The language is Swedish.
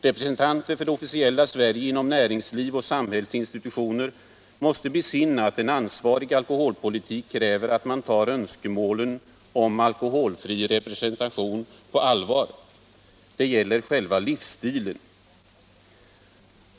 Representanter för det officiella Sverige inom näringsliv och samhällsinstitutioner måste besinna att en ansvarig alkoholpolitik kräver att man tar önskemålen om alkoholfri representation på allvar. Det gäller själva livsstilen.